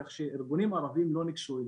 כך שארגונים ערביים לא ניגשו אליו.